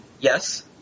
yes